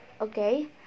Okay